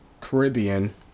Caribbean